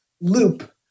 loop